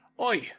oi